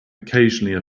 occasionally